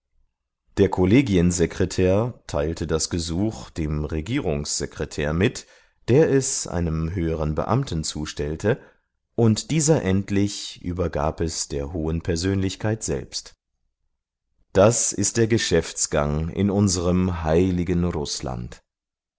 der kollegiensekretär teilte das gesuch dem regierungssekretär mit der es einem höheren beamten zustellte und dieser endlich übergab es der hohen persönlichkeit selbst das ist der geschäftsgang in unserem heiligen rußland